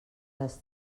les